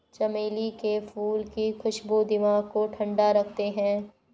चमेली के फूल की खुशबू दिमाग को ठंडा रखते हैं